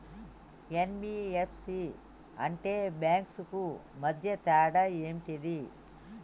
NBFC and banks కు మధ్య తేడా ఏంటిది?